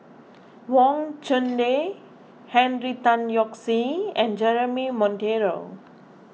Wang Chunde Henry Tan Yoke See and Jeremy Monteiro